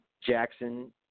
Jackson